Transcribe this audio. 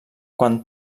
quan